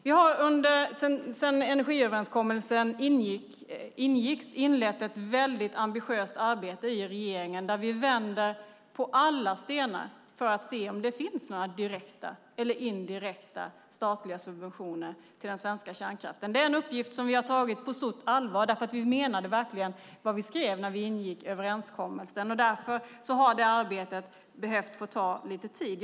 Vi har sedan energiöverenskommelsen ingicks inlett ett ambitiöst arbete i regeringen där vi vänder på alla stenar för att se om det finns några direkta eller indirekta statliga subventioner till den svenska kärnkraften. Det är en uppgift som vi har tagit på stort allvar, för vi menade verkligen vad vi skrev när vi ingick överenskommelsen. Därför har det arbetet behövt få ta lite tid.